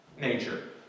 nature